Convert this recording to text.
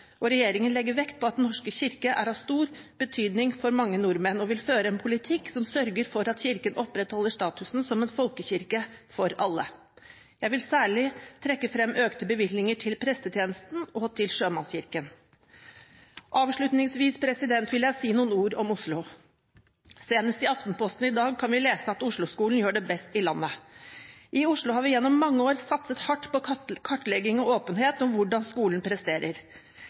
kulturarv. Regjeringen legger vekt på at Den norske kirke er av stor betydning for mange nordmenn, og vil føre en politikk som sørger for at Kirken opprettholder statusen som en folkekirke for alle. Jeg vil særlig trekke frem økte bevilgninger til prestetjenesten og til Sjømannskirken. Avslutningsvis vil jeg si noen ord om Oslo. Senest i Aftenposten i dag kan vi lese at osloskolen gjør det best i landet. I Oslo har vi gjennom mange år satset hardt på kartlegging og åpenhet om hvordan skolen presterer.